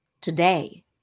Today